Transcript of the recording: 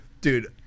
Dude